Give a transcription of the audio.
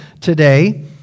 today